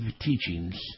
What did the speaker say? teachings